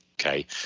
Okay